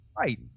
right